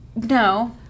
no